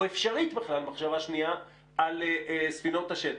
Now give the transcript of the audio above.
אפשרית בכלל מחשבה שנייה על ספינות השטח?